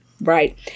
right